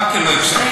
גם כן לא הקשבת.